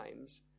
times